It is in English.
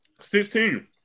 Sixteen